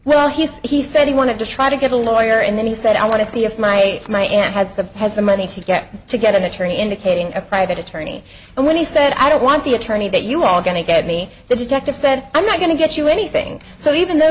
well he said he wanted to try to get a lawyer and then he said i want to see if my if my aunt has the has the money to get to get an attorney indicating a private attorney and when he said i don't want the attorney that you all are going to get me the detective said i'm not going to get you anything so even though